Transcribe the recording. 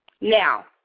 Now